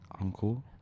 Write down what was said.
Uncle